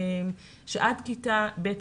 עד כיתה ב',